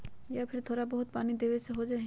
या फिर थोड़ा बहुत पानी देबे से हो जाइ?